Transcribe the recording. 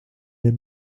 the